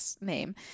name